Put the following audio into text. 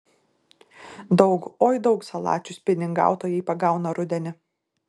daug oi daug salačių spiningautojai pagauna rudenį